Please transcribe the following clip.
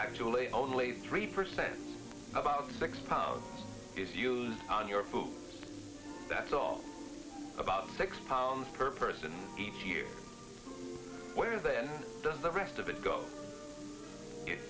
actually only three percent about six pounds is used on your food that's all about six pounds per person each year where then does the rest of it go it